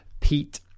Pete